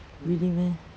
really meh